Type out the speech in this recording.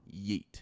Yeet